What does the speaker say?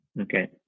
Okay